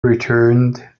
returned